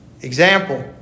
Example